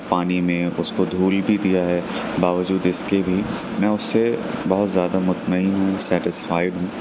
پانی میں اس کو دھل بھی دیا ہے باوجود اس کے بھی میں اس سے بہت زیادہ مطمئن ہوں سیٹسفائیڈ ہوں